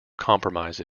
compromise